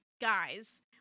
guys